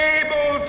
able